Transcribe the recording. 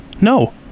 No